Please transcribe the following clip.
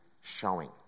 showing